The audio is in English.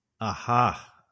Aha